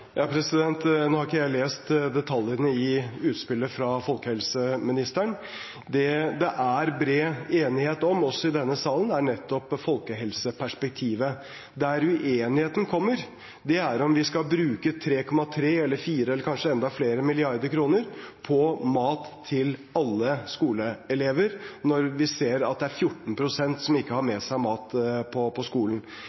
Nå har ikke jeg lest detaljene i utspillet fra folkehelseministeren. Det det er bred enighet om også i denne salen, er nettopp folkehelseperspektivet. Der uenigheten kommer, er om vi skal bruke 3,3 eller 4 eller kanskje enda flere milliarder kroner på mat til alle skoleelever når vi ser at det er 14 pst. som ikke har